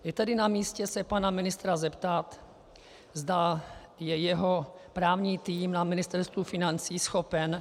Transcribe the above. Je tedy namístě se pana ministra zeptat, zda je jeho právní tým na Ministerstvu financí schopen